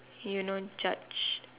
you know judge